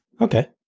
Okay